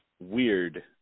Weird